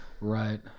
Right